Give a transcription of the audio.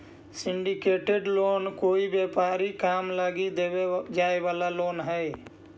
syndicated loan कोई व्यापारिक काम लगी देवे जाए वाला लोन हई